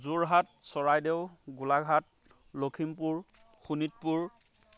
Jorhat Charaideo Golaghat Lakhimpur Sonitpur